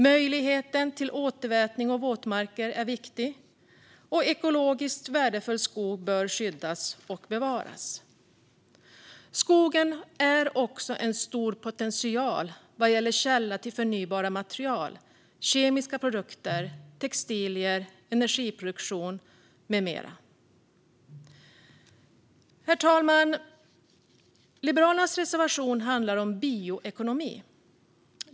Möjligheten till återvätning och våtmarker är viktig, och ekologiskt värdefull skog bör skyddas och bevaras. Skogen har också stor potential som källa till förnybara material, kemiska produkter, textilier, energiproduktion med mera. Herr talman! Liberalernas reservation handlar om bioekonomi.